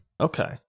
Okay